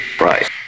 right